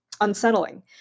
unsettling